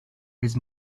his